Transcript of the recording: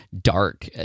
dark